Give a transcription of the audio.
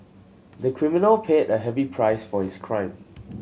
the criminal paid a heavy price for his crime